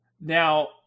Now